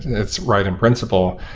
it's right in principle.